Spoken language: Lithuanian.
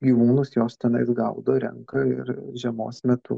gyvūnus jos tenais gaudo renka ir žiemos metu